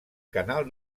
canal